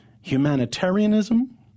humanitarianism